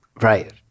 Right